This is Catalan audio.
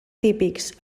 típics